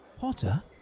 Potter